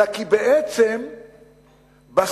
אלא כי בעצם בסוף,